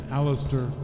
Alistair